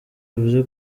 ivuze